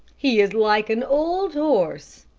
he is like an old horse,